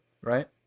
right